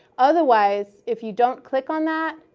otherwise, if you don't click on that,